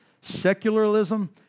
secularism